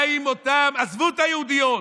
מה עם אותן, עזבו את היהודיות.